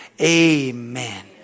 Amen